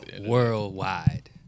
Worldwide